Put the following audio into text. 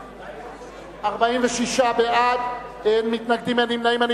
46 בעד, אין מתנגדים, אין נמנעים.